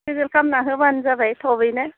chisel खालामना होब्लानो जाबाय थाबैनो